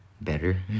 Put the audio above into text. better